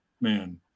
man